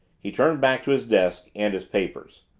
he turned back to his desk and his papers.